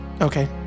Okay